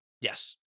Yes